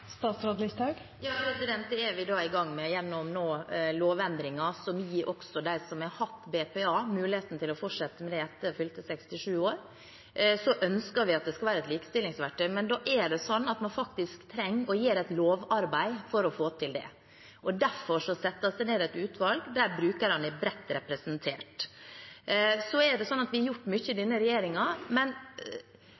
gang med gjennom lovendringer, som også gir dem som har hatt BPA, muligheten til å fortsette med det etter fylte 67 år. Så ønsker vi at det skal være et likestillingsverktøy, men da trenger man å gjøre et lovarbeid for å få det til. Derfor settes det ned et utvalg der brukerne er bredt representert. Vi har gjort mye i denne regjeringen. SV er nå innvalgt i mange av landets kommuner. Jeg mener at alle medlemmer i SV der ute, i Fremskrittspartiet, i Høyre og i alle partier, har